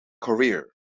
career